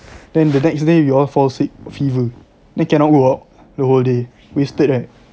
then the next day we all fall sick fever then cannot go out the whole day wasted right